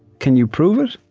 can you prove it?